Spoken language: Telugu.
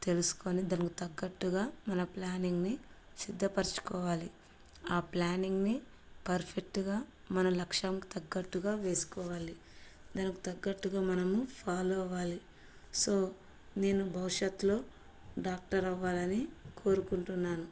తెలుసుకుని దానికి తగ్గట్టుగా మన ప్లానింగ్ని సిద్ధపరచుకోవాలి ఆ ప్లానింగ్ని పర్ఫెక్ట్గా మన లక్ష్యంకి తగ్గట్టుగా వేసుకోవాలి దానికి తగ్గట్టుగా మనము ఫాలో అవ్వాలి సో నేను భవిష్యత్లో డాక్టర్ అవ్వాలని కోరుకుంటున్నాను